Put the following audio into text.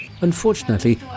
unfortunately